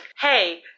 Hey